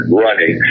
running